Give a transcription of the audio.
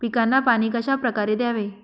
पिकांना पाणी कशाप्रकारे द्यावे?